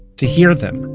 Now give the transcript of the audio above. to hear them.